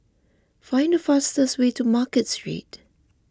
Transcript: find the fastest way to Market Street